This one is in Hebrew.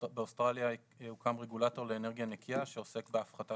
באוסטרליה הוקם רגולטור לאנרגיה נקייה שעוסק בהפחתה